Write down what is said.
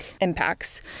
impacts